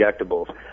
injectables